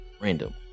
random